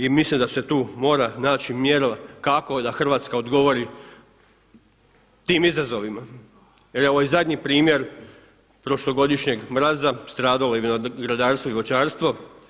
I mislim da se tu moraju naći mjerila kako da Hrvatska odgovori tim izazovima, jer ovo je i zadnji primjer prošlogodišnjeg mraza, stradalo vinogradarstvo i voćarstvo.